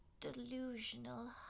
delusional